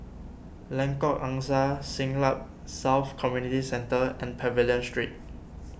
Lengkok Angsa Siglap South Community Centre and Pavilion Street